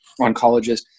oncologist